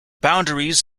boundaries